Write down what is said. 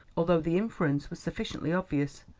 although the inference was sufficiently obvious.